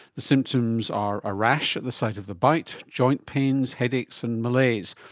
the symptoms are a rash at the site of the bite, joint pains, headaches and malaise,